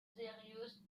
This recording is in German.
seriös